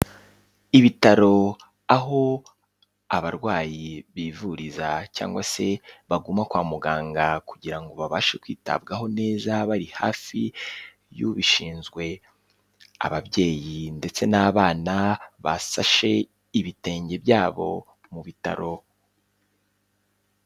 Ibitaro aho abarwayi bivuriza cyangwa se baguma kwa muganga kugira ngo babashe kwitabwaho neza bari hafi y'ubishinzwe; ababyeyi ndetse n'abana basashe ibitenge byabo mu bitaro.